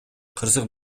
кырсык